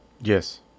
Yes